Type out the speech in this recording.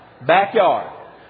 backyard